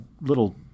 little